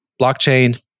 blockchain